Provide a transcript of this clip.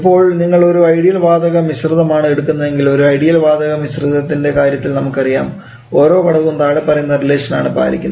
ഇപ്പോൾ നിങ്ങൾ ഒരു ഐഡിയൽ വാതക മിശ്രിതമാണ് എടുക്കുന്നതെങ്കിൽ ഒരു ഐഡിയൽ വാതക മിശ്രിതത്തിൻറെ കാര്യത്തിൽ നമുക്കറിയാം ഓരോ ഘടകവും താഴെപ്പറയുന്ന റിലേഷൻ ആണ് പാലിക്കുന്നത്